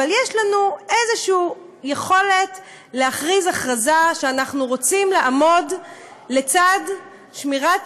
אבל יש לנו איזושהי יכולת להכריז שאנחנו רוצים לעמוד לצד שמירת